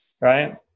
Right